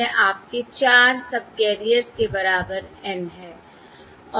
यह आपके 4 सबकैरियर्स के बराबर N है